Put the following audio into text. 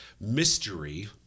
mystery